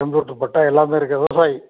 computer patta எல்லாமே இருக்குதா விவசாயி